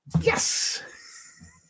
yes